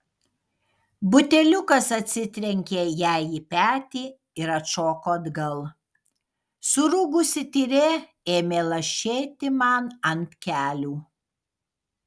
buteliukas atsitrenkė jai į petį ir atšoko atgal surūgusi tyrė ėmė lašėti man ant kelių